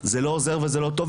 זה לא עוזר וזה לא טוב.